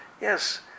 Yes